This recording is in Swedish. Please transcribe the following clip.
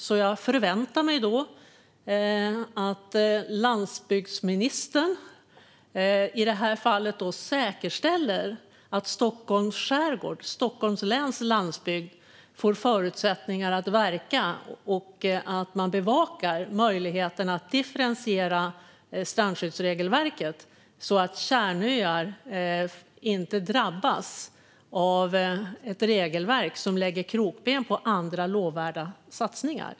Jag hoppas och förväntar mig därför, fru talman, att i det här fallet landsbygdsministern säkerställer att Stockholms skärgård - Stockholms läns landsbygd - får förutsättningar att verka och att man bevakar möjligheten att differentiera strandskyddsregelverket så att kärnöar inte drabbas av ett regelverk som lägger krokben för andra lovvärda satsningar.